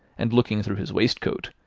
and looking through his waistcoat,